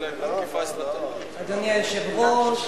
אדוני היושב-ראש,